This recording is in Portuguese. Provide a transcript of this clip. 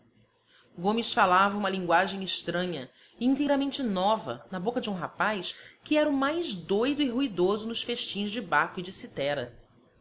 gomes falava uma linguagem estranha e inteiramente nova na boca de um rapaz que era o mais doido e ruidoso nos festins de baco e de citera